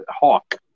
Hawk